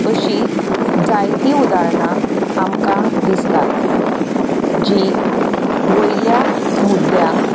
अशीं जायतीं उदाहरणां आमकां दिसतात जीं वयल्या मुद्द्यांक